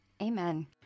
Amen